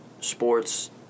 sports